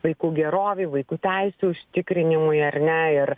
vaikų gerovei vaikų teisių užtikrinimui ar ne ir